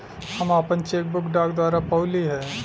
हम आपन cheque book डाक द्वारा पउली है